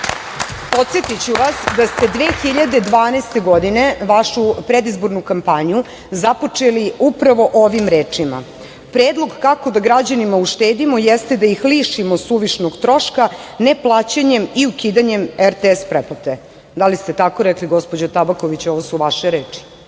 Podsetiću vas da ste 2012. godine, vašu predizbornu kampanju započeli upravo ovim rečima – predlog kako da građanima uštedimo jeste da ih lišimo suvišnog troška, ne plaćanjem i ukidanjem RTS pretplate. Da li ste tako rekli, gospođo Tabaković, ovo su vaše reči? Vi